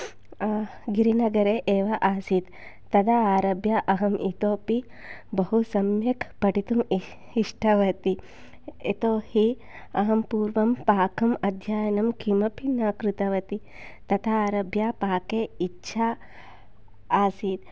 गिरिनगरे एव आसीत् तदा आरभ्य अहम् इतोऽपि बहु सम्यक् पठितुम् इष् इष्टवति यतोऽहि अहं पूर्वं पाकम् अध्ययनं किमपि न कृतवति ततः आरभ्य पाके इच्छा आसीत्